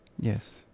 Yes